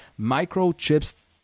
microchips